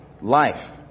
life